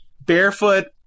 barefoot